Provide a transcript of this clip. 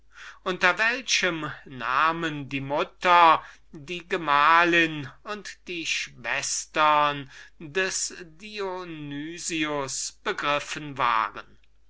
unter welchen namen die mutter die gemahlin und die schwestern des dionys begriffen wurden